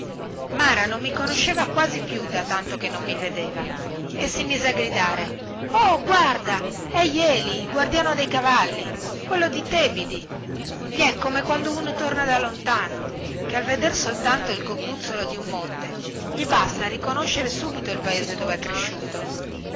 mara non mi conosceva quasi più da tanto che non ci vedevamo e si mise a gridare oh guarda è jeli il guardiano dei cavalli quello di tebidi gli è come quando uno torna da lontano che al vedere soltanto il cocuzzolo di un monte gli basta a riconoscere subito il paese dove è cresciuto